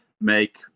make